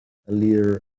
leader